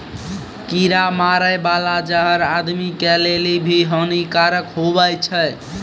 कीड़ा मारै बाला जहर आदमी के लेली भी हानि कारक हुवै छै